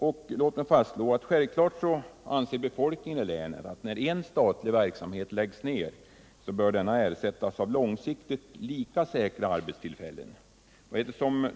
Och låt mig fastslå att självklart anser befolkningen i länet att när en statlig verksamhet läggs ned bör denna ersättas av långsiktigt lika säkra arbetstillfällen.